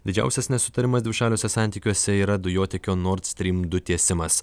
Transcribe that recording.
didžiausias nesutarimas dvišaliuose santykiuose yra dujotiekio nord stream du tiesimas